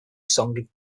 song